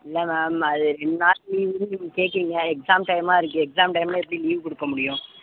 இல்லை மேம் அது ரெண்டு நாளைக்கு லீவுன்னு கேட்குறீங்க எக்ஸாம் டைம்மாக இருக்குது எக்ஸாம் டைமில் எப்படி லீவு கொடுக்க முடியும்